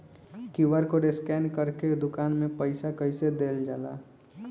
QR code scan करके दुकान में पईसा कइसे देल जाला?